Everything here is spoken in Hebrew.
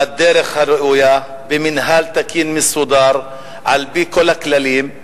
בדרך הראויה, במינהל תקין מסודר, על-פי כל הכללים.